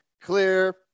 clear